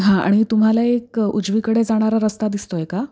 हां आणि तुम्हाला एक उजवीकडे जाणारा रस्ता दिसतो आहे का